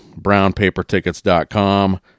brownpapertickets.com